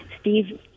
Steve